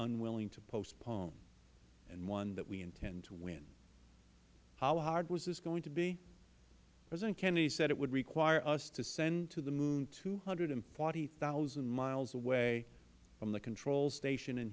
unwilling to postpone and one that we intend to win how hard was this going to be president kennedy said it would require us to send to the moon two hundred and forty thousand miles away from the control station in